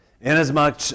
Inasmuch